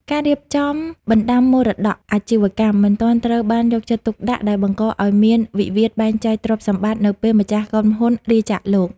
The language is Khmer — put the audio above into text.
ការរៀបចំ "បណ្ដាំមរតកអាជីវកម្ម" មិនទាន់ត្រូវបានយកចិត្តទុកដាក់ ដែលបង្កឱ្យមានវិវាទបែងចែកទ្រព្យសម្បត្តិនៅពេលម្ចាស់ក្រុមហ៊ុនលាចាកលោក។